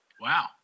Wow